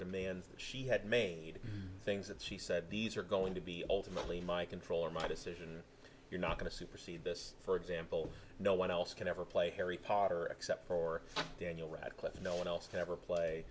demands she had made things that she said these are going to be ultimately my control or my decision you're not going to supersede this for example no one else can ever play harry potter except for daniel radcliffe no one else to ever play